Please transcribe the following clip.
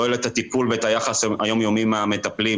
לא את הטיפול ואת היחס היום-יומי מהמטפלים,